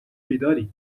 بیداری